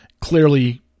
clearly